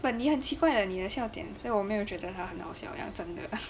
but 你很奇怪 lah 你的笑点所以我没有觉得他很好笑 lah 真的